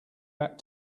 back